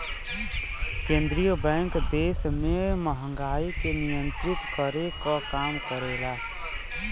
केंद्रीय बैंक देश में महंगाई के नियंत्रित करे क काम करला